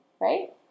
Right